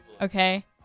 Okay